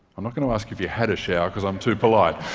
i'm not going to ask if you had a shower, because i'm too polite.